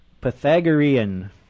Pythagorean